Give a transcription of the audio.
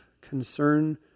concern